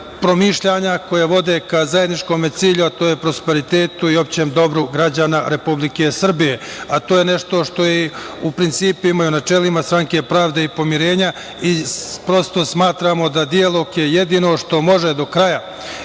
promišljanja koja vode ka zajedničkom cilju, a to je prosperitetu i opštem dobru građana Republike Srbije, a to je nešto što je u principima i načelima Stranke pravde i pomirenja. Prosto smatramo da dijalog je jedino što može do kraja